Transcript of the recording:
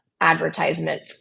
advertisement